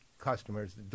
customers